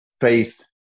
faith